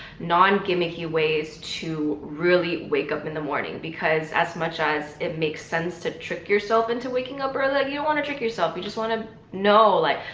non-gimmicky ways to really wake up in the morning because as much as it makes sense to trick yourself into waking up early you don't want to trick yourself. you just want to know like.